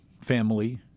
family